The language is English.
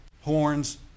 horns